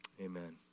Amen